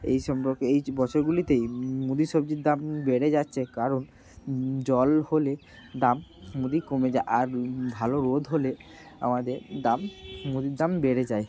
এই সম্পর্কে এই বছরগুলিতেই মুদি সবজির দাম বেড়ে যাচ্ছে কারণ জল হলে দাম মুদি কমে যায় আর ভালো রোদ হলে আমাদের দাম মুদির দাম বেড়ে যায়